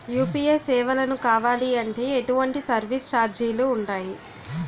UPI సేవలను కావాలి అంటే ఎటువంటి సర్విస్ ఛార్జీలు ఉంటాయి?